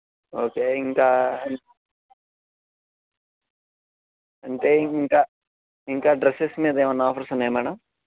okay ఇంకా అంటే ఇంకా ఇంకా డ్రస్సెస్ మీద ఏమన్న ఆఫర్సు ఉన్నాయా మేడమ్